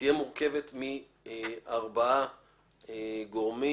שתהיה מורכבת מארבעה גורמים